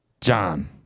John